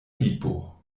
vipo